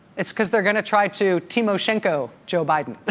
it's because they're going to try to timoshenko joe biden.